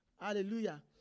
Hallelujah